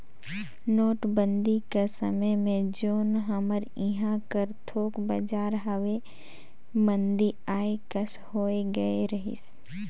नोटबंदी कर समे में जेन हमर इहां कर थोक बजार हवे मंदी आए कस होए गए रहिस